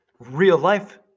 real-life